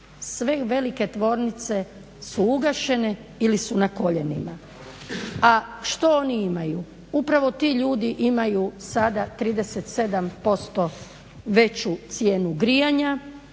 sve velike tvornice su ugašene ili su na koljenima. A što oni imaju? Upravo ti ljudi imaju sada 37% veću cijenu grijanja,